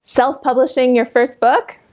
self-publishing your first book?